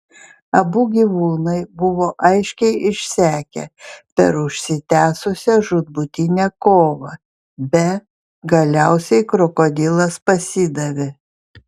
abu gyvūnai buvo aiškiai išsekę per užsitęsusią žūtbūtinę kovą be galiausiai krokodilas pasidavė